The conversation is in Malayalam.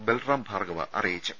ബൽറാം ഭാർഗ്ഗവ അറിയിച്ചു